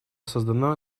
создана